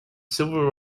civil